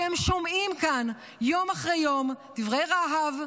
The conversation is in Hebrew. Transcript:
שומעים כאן יום אחרי יום דברי רהב,